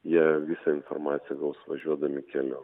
jie visą informaciją gaus važiuodami keliu